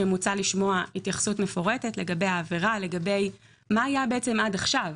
מוצע לשמוע התייחסות מפורטת לגבי העבירה ומה בעצם היה עד עכשיו?